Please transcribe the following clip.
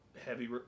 heavy